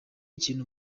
ikintu